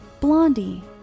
Blondie